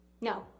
No